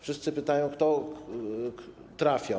Wszyscy pytają, kto trafia.